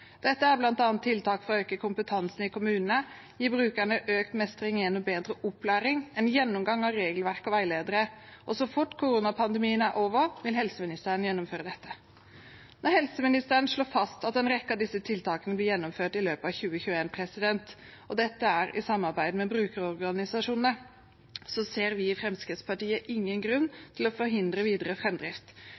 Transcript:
Dette er bl.a. tiltak for å øke kompetansen i kommunene, gi brukerne økt mestring gjennom bedre opplæring, en gjennomgang av regelverk og veiledere, og så fort koronapandemien er over, vil helseministeren gjennomføre dette. Når helseministeren slår fast at en rekke av disse tiltakene blir gjennomført i løpet av 2021, og dette er i samarbeid med brukerorganisasjonene, ser vi i Fremskrittspartiet ingen grunn til å forhindre videre